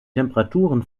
temperaturen